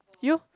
you